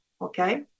okay